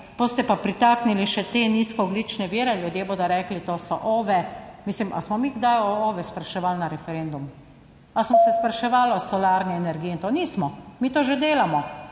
ste pa pritaknili, še te nizkoogljične vire ljudje, bodo rekli, to so OVE, mislim, ali smo mi kdaj o OVE spraševali na referendum, ali smo se spraševali o solarni energiji? Nismo, mi to že delamo.